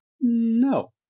No